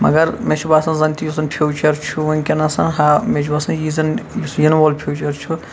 مَگَر مےٚ چھُ باسان زَنتہِ یُس زَن فیوچَر چھُ وٕنکیٚن آسان مےٚ چھُ باسان یہِ زَن یُس یِنہٕ وول فیوچَر چھُ